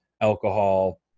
alcohol